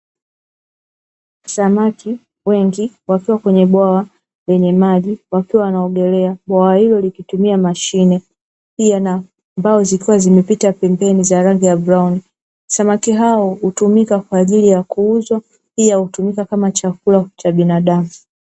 Samaki wengi wakiwa kwenye bwawa wakiwa wanaogelea bwawa hilo likitumia mashine, mbao zikiwa zimepita pembeni kwa rangi ya brauni. Samaki hao hutumika kwaajili ya kuuzwa pia hutumika kama chakula cha binadamu.